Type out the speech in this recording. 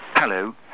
Hello